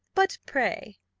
but pray,